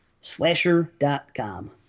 Slasher.com